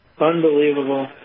Unbelievable